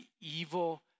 evil